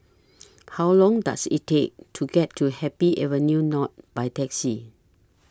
How Long Does IT Take to get to Happy Avenue North By Taxi